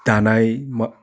दानाय मा